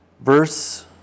Verse